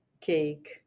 cake